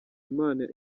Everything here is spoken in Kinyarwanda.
imana